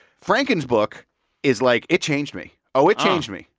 franken's book is, like, it changed me. oh, it changed me.